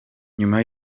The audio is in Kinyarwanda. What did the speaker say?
nyuma